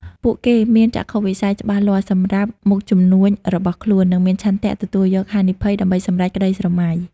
ពួកគេមានចក្ខុវិស័យច្បាស់លាស់សម្រាប់មុខជំនួញរបស់ខ្លួន និងមានឆន្ទៈទទួលយកហានិភ័យដើម្បីសម្រេចក្តីស្រមៃ។